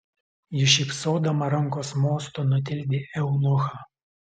ji šypsodama rankos mostu nutildė eunuchą